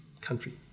country